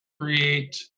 create